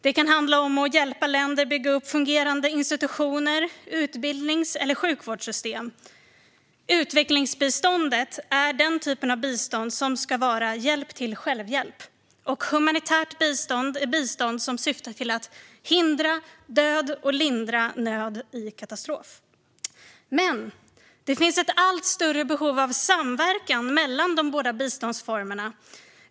Det kan handla om att hjälpa länder att bygga upp fungerande institutioner och utbildnings eller sjukvårdssystem. Utvecklingsbiståndet är den typen av bistånd som ska vara hjälp till självhjälp, och humanitärt bistånd är bistånd som syftar till att hindra död och lindra nöd i katastrof. Men det finns ett allt större behov av samverkan mellan de båda biståndsformerna.